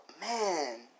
man